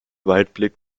weitblick